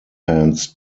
hands